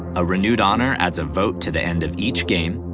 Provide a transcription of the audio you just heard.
a renewed honor adds a vote to the end of each game,